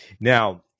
Now